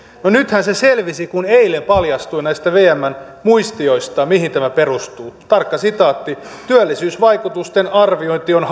niin nythän se selvisi kun eilen paljastui näistä vmn muistioista mihin tämä perustuu tarkka sitaatti työllisyysvaikutusten arviointi on